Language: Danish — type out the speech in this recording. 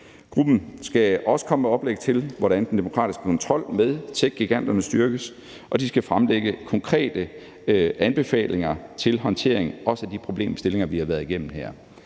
Gruppen skal også komme med oplæg til, hvordan den demokratiske kontrol med techgiganterne styrkes, og de skal fremlægge konkrete anbefalinger til håndtering af bl.a. de problemstillinger, vi har været igennem her.